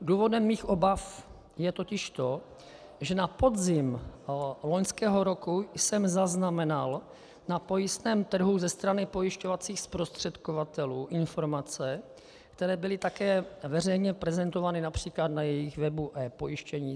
Důvodem mých obav je totiž to, že na podzim loňského roku jsem zaznamenal na pojistném trhu ze strany pojišťovacích zprostředkovatelů informace, které byly také veřejně prezentovány například na jejich webu ePojištění.